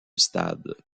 stade